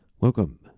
Welcome